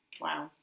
wow